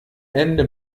ende